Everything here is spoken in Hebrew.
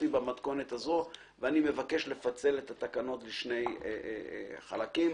לפצל את התקנות לשני חלקים